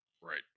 Right